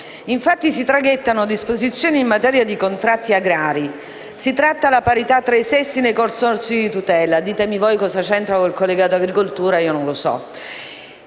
Infatti, si traghettano disposizioni in materia di contratti agrari, si tratta la parità tra ì sessi nei consorzi di tutela